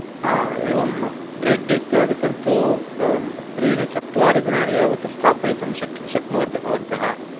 हा एवं ब्रेड् इत्यादिकं तु त्रीणि चत्वारि दिनानि यावत् स्थापयितुं शक् शक्नुवन्ति भवन्तः